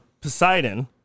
Poseidon